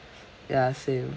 ya same